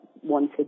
wanted